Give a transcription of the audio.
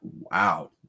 wow